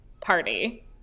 party